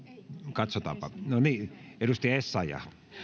katsotaanpa edustaja essayah